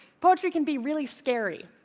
poetry can be really scary.